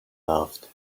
laughed